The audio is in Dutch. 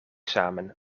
samen